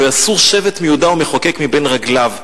"לא יסור שבט מיהודה ומחקק מבין רגליו",